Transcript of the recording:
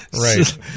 right